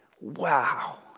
Wow